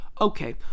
Okay